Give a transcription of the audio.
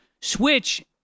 switch